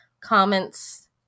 comments